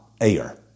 air